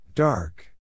Dark